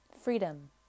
freedom